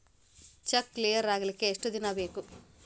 Check clear ಆಗಲಿಕ್ಕೆ ಎಷ್ಟ ದಿನ ಬೇಕು?